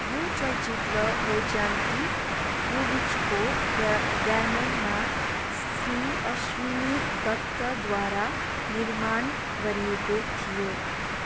यो चलचित्र बैजान्ती मुभिजको ब्य ब्यानरमा श्री अश्विनी दत्तद्वारा निर्माण गरिएको थियो